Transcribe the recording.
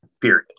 period